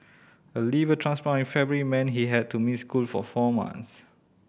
a liver transplant in February meant he had to miss school for four months